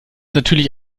natürlich